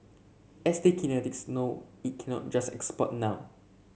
S T Kinetics know it cannot just export now